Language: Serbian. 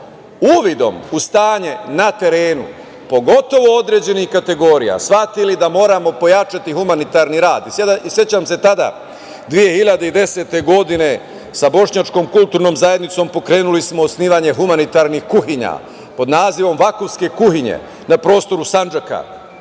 uvidom u stanje na terenu, pogotovo određenih kategorija, shvatili da moramo pojačati humanitarni rad. Sećam se tada, 2010. godine, sa Bošnjačkom kulturnom zajednicom pokrenuli smo osnivanje humanitarnih kuhinja pod nazivom „Vakufske kuhinje“ na prostoru Sandžaka.